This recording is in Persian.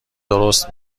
درست